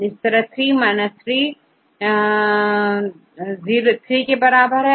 तो यह3 30 यह 3 के बराबर है